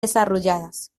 desarrolladas